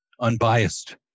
unbiased